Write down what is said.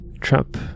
Trump